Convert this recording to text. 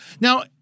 Now-